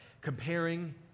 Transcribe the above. comparing